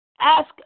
ask